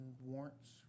warrants